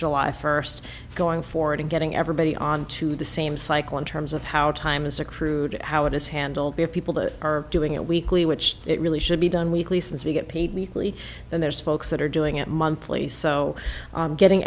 july first going forward and getting everybody onto the same cycle in terms of how time is accrued how it is handled the people that are doing it weekly which it really should be done weekly since we get paid weekly then there's folks that are doing it monthly so getting